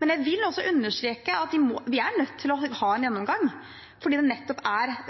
Men jeg vil også understreke at vi er nødt til å ha en gjennomgang, for det er nettopp